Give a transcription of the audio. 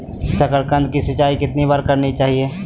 साकारकंद की सिंचाई कितनी बार करनी चाहिए?